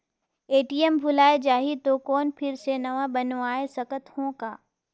ATM भुलाये जाही तो कौन फिर से नवा बनवाय सकत हो का?